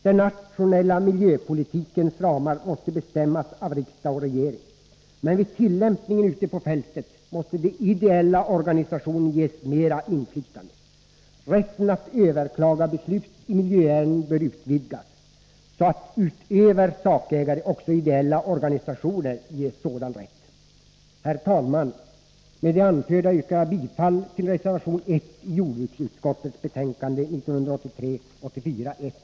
Den nationella miljöpolitikens ramar måste bestämmas av riksdag och regering. Men vid tillämpningen ute på fältet måste de ideella organisationerna ges mera inflytande. Rätten att överklaga beslut i miljöärenden bör vidgas, så att utöver sakägare också ideella organisationer ges sådan rätt. Herr talman! Med det anförda yrkar jag bifall till reservation 1 av Berit Edvardsson vid jordbruksutskottets betänkande 1983/84:1.